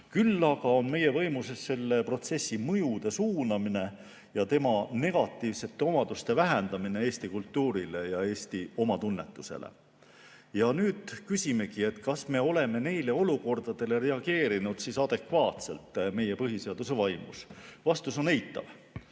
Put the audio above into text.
Küll aga on meie võimuses selle protsessi mõjusid suunata ja vähendada tema negatiivseid mõjusid eesti kultuurile ja eesti omatunnetusele. Nüüd küsimegi, kas me oleme neile olukordadele reageerinud adekvaatselt, meie põhiseaduse vaimus. Vastus on eitav.